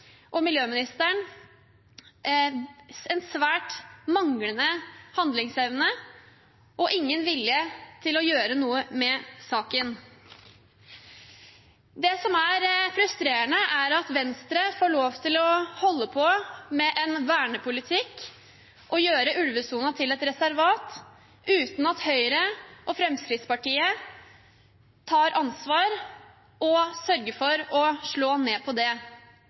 miljøministeren en svært manglende handlingsevne og ingen vilje til å gjøre noe med saken. Det som er frustrerende, er at Venstre får lov til å holde på med en vernepolitikk og gjøre ulvesonen til et reservat, uten at Høyre og Fremskrittspartiet tar ansvar og sørger for å slå ned på det.